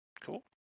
Cool